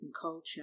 culture